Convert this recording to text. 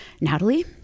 Natalie